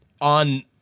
on